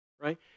Right